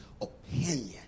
opinion